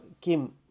Kim